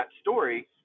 story